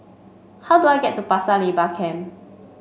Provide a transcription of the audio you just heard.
how do I get to Pasir Laba Camp